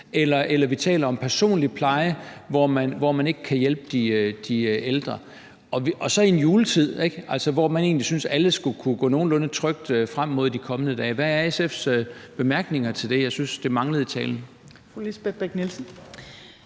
eller vi taler om personlig pleje, som de ikke kan hjælpe de ældre med – og så i en juletid, hvor alle skulle kunne gå de kommende dage nogenlunde trygt i møde. Hvad er SF's bemærkninger til det? Jeg synes, det manglede i talen.